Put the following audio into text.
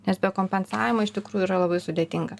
nes be kompensavimo iš tikrųjų yra labai sudėtinga